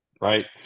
right